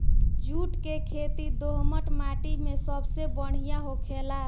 जुट के खेती दोहमट माटी मे सबसे बढ़िया होखेला